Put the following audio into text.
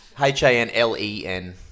H-A-N-L-E-N